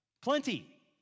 Plenty